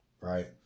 right